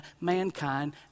mankind